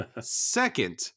second